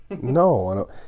No